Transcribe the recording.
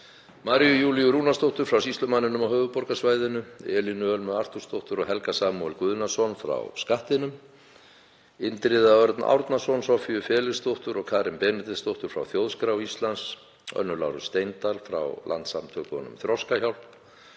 Maríu Júlíu Rúnarsdóttur frá sýslumanninum á höfuðborgarsvæðinu, Elínu Ölmu Arthursdóttur og Helga Samúel Guðnason frá Skattinum, Indriða Örn Árnason, Soffíu Felixdóttur og Karen Benediktsdóttur frá Þjóðskrá Íslands, Önnu Láru Steindal frá Landssamtökunum Þroskahjálp,